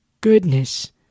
goodness